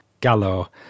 Gallo